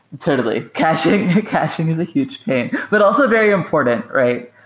totally. caching caching is a huge pain, but also very important, right?